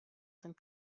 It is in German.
sind